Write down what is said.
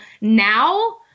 now